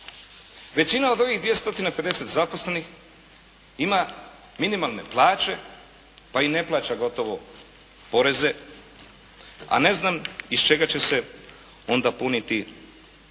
Većina od ovih 2 stotine 50 zaposlenih ima minimalne plaće, pa i ne plaća gotovo poreze, a ne znam iz čega će se onda puniti ovaj